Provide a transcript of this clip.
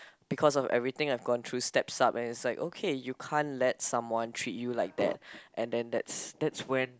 because of everything I've gone through steps up and it's like okay you can't let someone treat you like that and then that's that's when